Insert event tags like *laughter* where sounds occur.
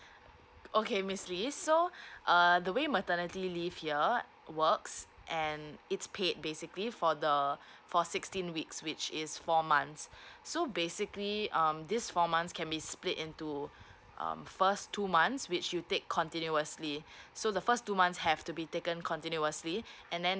okay miss lee so *breath* uh the way maternity leave here works and it's paid basically for the for sixteen weeks which is four months so basically um these four months can be split into um first two months which you take continuously so the first two months have to be taken continuously and then